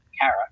Kara